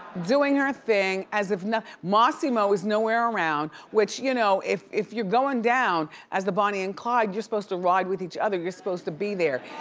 doing her thing as if nothing, mossimo is no where around which, you know, if if you're going down, as the bonnie and clyde you're supposed to ride with each other, you're supposed to be there.